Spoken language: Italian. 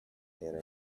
era